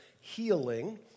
healing